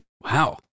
Wow